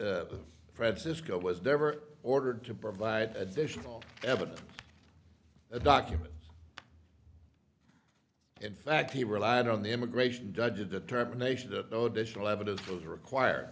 mr francisco was never ordered to provide additional evidence the documents in fact he relied on the immigration judge a determination that the additional evidence was require